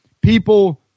people